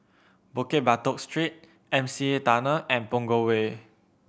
Bukit Batok Street M C E Tunnel and Punggol Way